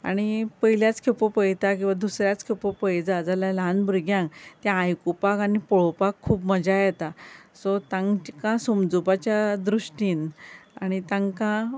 आनी पयल्याच खेपो पळयता वा दुसऱ्याच खेपो पळयता जाल्यार ल्हान भुरग्यांक तें आयकूपाक आनी पळोवपाक खूब मजा येता सो तांकां समजोवपाचे दृश्टीन आनी तांकां